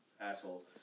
asshole